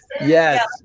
yes